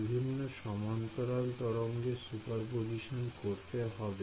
বিভিন্ন সমান্তরাল তরঙ্গের সুপারপজিশন করতে হবে